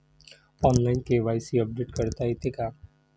Online KYC update करता येते का?